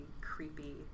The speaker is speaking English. creepy